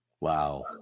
Wow